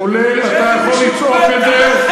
כולל אתה, יכול לצעוק את זה.